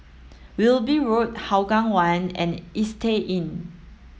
Wilby Road Hougang One and Istay Inn